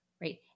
right